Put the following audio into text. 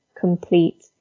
complete